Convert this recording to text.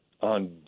on